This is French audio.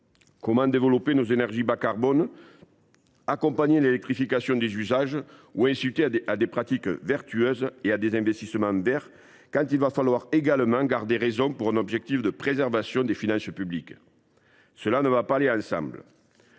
comment développer les énergies bas carbone, accompagner l’électrification des usages ou inciter à des pratiques vertueuses et à des investissements verts, quand il faut également garder raison dans un objectif de préservation des finances publiques ? Tout cela ne va pas ensemble.